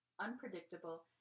unpredictable